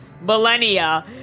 millennia